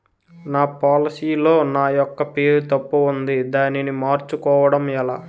నా పోలసీ లో నా యెక్క పేరు తప్పు ఉంది దానిని మార్చు కోవటం ఎలా?